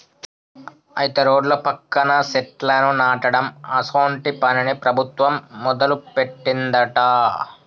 అయితే రోడ్ల పక్కన సెట్లను నాటడం అసోంటి పనిని ప్రభుత్వం మొదలుపెట్టిందట